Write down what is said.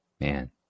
Man